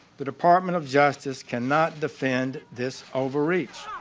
the department of justice cannot defend this overreach.